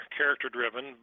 character-driven